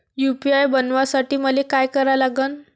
UPI बनवासाठी मले काय करा लागन?